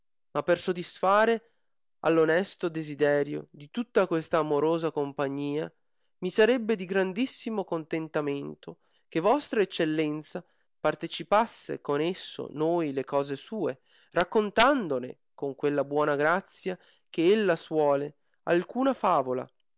ma per sodisfare all onesto desiderio di tutta questa amorosa compagnia mi sarebbe di grandissimo contentamento che vostra eccellenza partecipasse con esso noi le cose sue raccontandone con quella buona grazia che ella suole alcuna favola